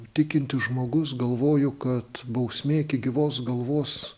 tikintis žmogus galvoju kad bausmė iki gyvos galvos